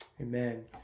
Amen